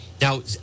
Now